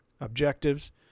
objectives